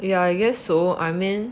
yeah I guess so I mean